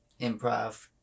improv